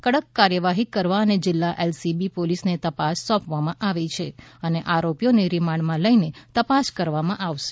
કડક કાર્યવાહી કરવા અને જિલ્લા એલસીબી પોલીસને તપાસ સોંપવામાં આવી છે અને આરોપીઓને રિમાન્ડમાં લઇ તપાસ કરવામાં આવશે